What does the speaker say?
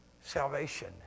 salvation